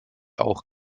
auch